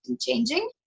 changing